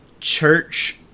church